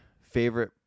favorite